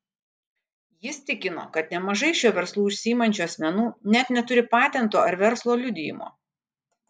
jis tikino kad nemažai šiuo verslu užsiimančių asmenų net neturi patento ar verslo liudijimo